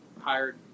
hired